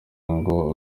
ngo